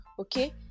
Okay